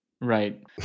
Right